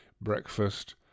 breakfast